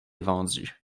vendu